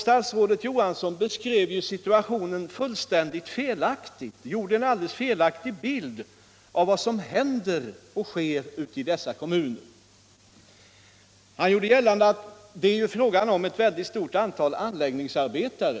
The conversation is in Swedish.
Statsrådet Johansson gav en alldeles felaktig bild av vad som händer och sker ute i de kommunerna. Det är ju fråga om ett mycket stort antal anläggningsarbetare.